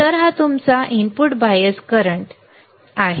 तर हा तुमचा input bias current input bias current आहे